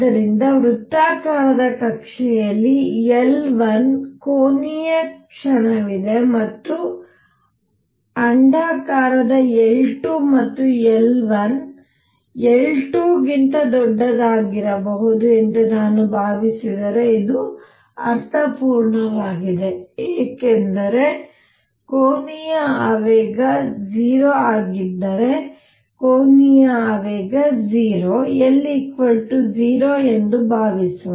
ಆದ್ದರಿಂದ ವೃತ್ತಾಕಾರದ ಕಕ್ಷೆಯಲ್ಲಿ L1 ಕೋನೀಯ ಕ್ಷಣವಿದೆ ಮತ್ತು ಅಂಡಾಕಾರದ L2 ಮತ್ತು L1 L2 ಗಿಂತ ದೊಡ್ಡದಾಗಿರಬಹುದು ಎಂದು ನಾನು ಭಾವಿಸಿದರೆ ಇದು ಅರ್ಥಪೂರ್ಣವಾಗಿದೆ ಏಕೆಂದರೆ ಕೋನೀಯ ಆವೇಗ 0 ಆಗಿದ್ದರೆ ಕೋನೀಯ ಆವೇಗ 0 L 0 ಎಂದು ಭಾವಿಸೋಣ